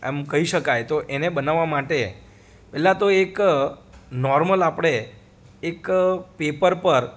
એમ કહી શકાય તો એને બનાવા માટે પહેલા તો એક નોર્મલ આપણે એક પેપર પર